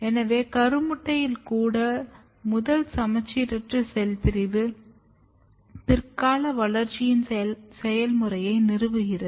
எனவே கருமுட்டையில் கூட முதல் சமச்சீரற்ற செல் பிரிவு பிற்கால வளர்ச்சியின் செயல்முறையை நிறுவுகிறது